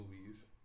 movies